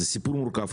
זה סיפור מורכב,